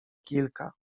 kilka